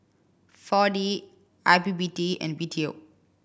Four D I P P T and B T O